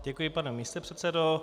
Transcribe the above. Děkuji, pane místopředsedo.